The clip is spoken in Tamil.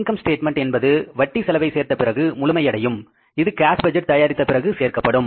இன்கம் ஸ்டேட்மெண்ட் என்பது வட்டி செலவை சேர்த்த பிறகு முழுமையடையும் இது கேஸ் பட்ஜெட் தயாரித்த பிறகு சேர்க்கப்படும்